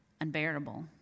unbearable